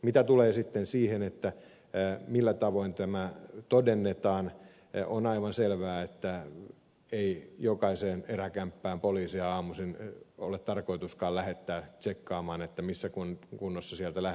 mitä tulee sitten siihen millä tavoin tämä todennetaan on aivan selvää että ei jokaiseen eräkämppään poliisia aamuisin ole tarkoituskaan lähettää tsekkaamaan missä kunnossa sieltä lähdetään